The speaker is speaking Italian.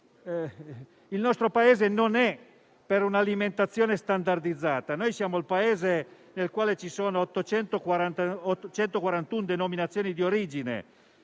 Il nostro Paese non è per un'alimentazione standardizzata; il nostro è il Paese nel quale ci sono 841 denominazioni di origine,